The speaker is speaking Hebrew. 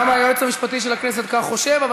גם היועץ המשפטי של הכנסת חושב כך,